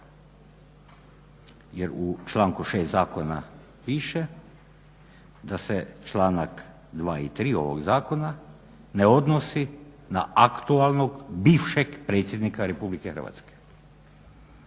Jer u članku 6. Zakona piše da se članak 2. i 3. ovog zakona ne odnosi na aktualnog bivšeg predsjednika Republike Hrvatske.